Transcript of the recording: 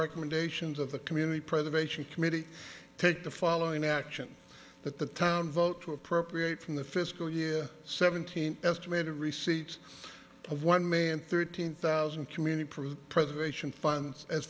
recommendations of the community preservation committee take the following action that the town vote to appropriate from the fiscal year seventeen estimated receipt of one may and thirteen thousand community proof preservation funds as